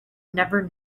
never